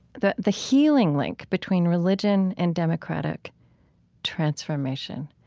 the the healing link between religion and democratic transformation.